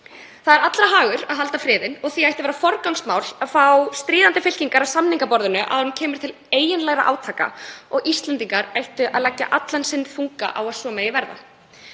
Það er allra hagur að halda friðinn og því ætti að vera forgangsmál að fá stríðandi fylkingar að samningaborðinu áður en til eiginlegra átaka kemur og Íslendingar ættu að leggja allan sinn þunga á að svo megi verða.